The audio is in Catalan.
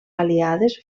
aliades